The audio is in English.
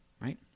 right